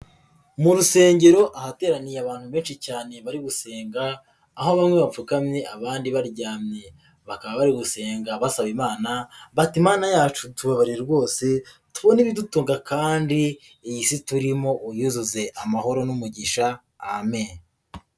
Mu rusengero ahateraniye abantu benshi cyane bari gusenga, aho bamwe bapfukamye abandi baryamye bakaba bari gusenga basaba imana bati" Mana yacu tubabarire rwose tubone ibidutuga kandi iy'Isi turimo uyuzuze amahoro n'umugisha. Amena.